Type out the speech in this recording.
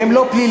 והם לא פליליים.